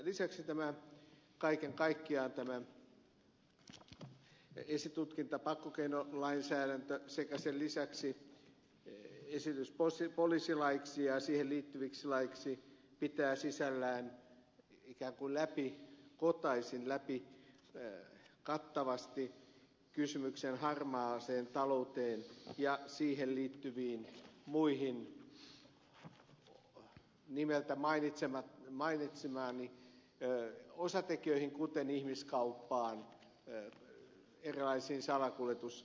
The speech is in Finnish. lisäksi kaiken kaikkiaan tämä esitutkinta ja pakkokeinolainsäädäntö sekä sen lisäksi esitys poliisilaiksi ja siihen liittyviksi laeiksi pitää sisällään ikään kuin läpikotaisin läpikattavasti kysymyksen harmaasta taloudesta ja siihen liittyvistä muista nimeltä mainitsemistani osatekijöistä kuten ihmiskaupasta erilaisista salakuljetustoimista